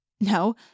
no